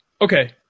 okay